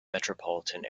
metropolitan